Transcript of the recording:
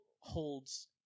holds